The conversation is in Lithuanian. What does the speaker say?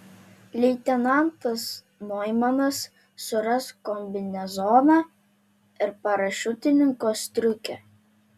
leitenantas noimanas suras kombinezoną ir parašiutininko striukę